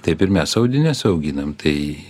taip ir mes audines auginam tai